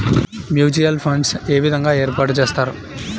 Mutual funds ఏ విధంగా ఏర్పాటు చేస్తారు?